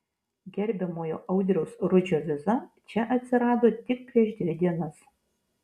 gerbiamojo audriaus rudžio viza čia atsirado tik prieš dvi dienas